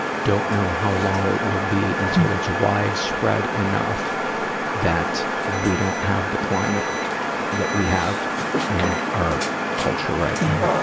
don't know how long it will be until it's widespread enough that we don't have the climate that we have in our culture right now. yeah.